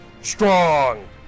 strong